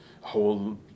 whole